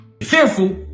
fearful